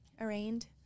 arraigned